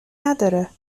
نداره